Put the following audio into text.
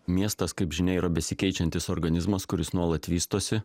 miestas kaip žinia yra besikeičiantis organizmas kuris nuolat vystosi